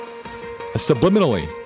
subliminally